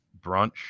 brunch